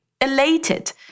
elated